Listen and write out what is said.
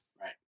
Right